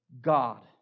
God